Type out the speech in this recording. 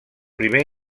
primer